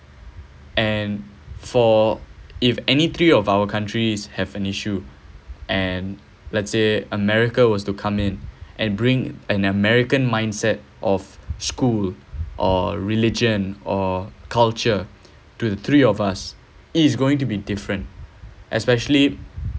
and for if any three of our countries have an issue and let's say america was to come in and bring an american mindset of school or religion or culture to the three of us is going to be different especially